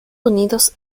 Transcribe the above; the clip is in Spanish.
unidos